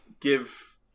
give